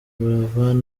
buravan